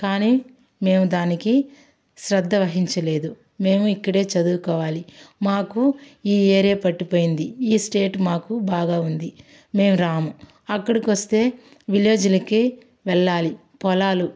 కాని మేము దానికి శ్రద్ధ వహించలేదు మేము ఇక్కడే చదువుకోవాలి మాకు ఈ ఏరియా పట్టిపోయింది ఈ స్టేట్ మాకు బాగా ఉంది మేము రాము అక్కడికి వస్తే విలేజ్లకి వెళ్ళాలి పొలాలు